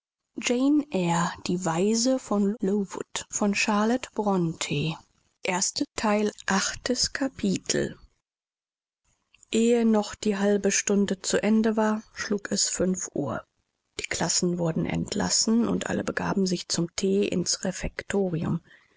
kapitel ehe noch die halbe stunde zu ende war schlug es fünf uhr die klassen wurden entlassen und alle begaben sich zum thee ins refektorium